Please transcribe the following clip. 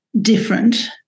different